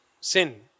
sin